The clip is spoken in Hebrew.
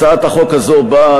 הצעת החוק הזאת באה,